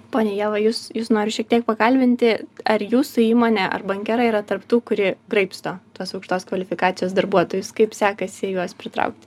ponia ieva jus jus noriu šiek tiek pakalbinti ar jūsų įmonė ar bankera yra tarp tų kuri graibsto tuos aukštos kvalifikacijos darbuotojus kaip sekasi juos pritraukti